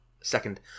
Second